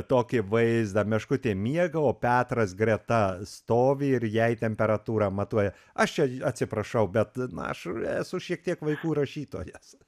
tokį vaizdą meškutė miega o petras greta stovi ir jai temperatūrą matuoja aš čia atsiprašau bet na aš esu šiek tiek vaikų rašytojas